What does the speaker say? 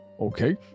Okay